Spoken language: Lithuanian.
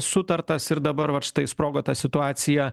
sutartas ir dabar va štai sprogo ta situacija